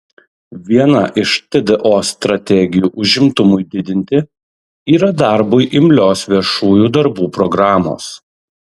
viena iš tdo strategijų užimtumui didinti yra darbui imlios viešųjų darbų programos